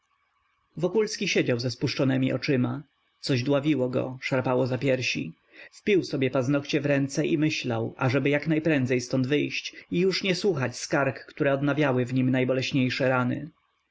serca wokulski siedział ze spuszczonemi oczyma coś dławiło go szarpało za piersi wpił sobie paznogcie w ręce i myślał ażeby jaknajprędzej ztąd wyjść i już nie słuchać skarg które odnawiały w nim najboleśniejsze rany